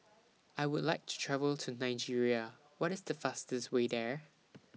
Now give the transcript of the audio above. I Would like to travel to Nigeria What IS The fastest Way There